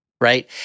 right